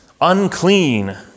unclean